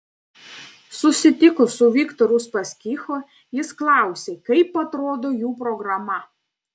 susitikus su viktoru uspaskichu jis klausė kaip atrodo jų programa